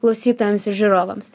klausytojams ir žiūrovams